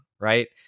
right